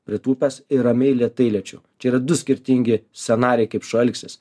pritūpęs ir ramiai lėtai liečiu čia yra du skirtingi scenarijai kaip šuo elgsis